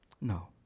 No